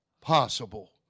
Possible